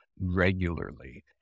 regularly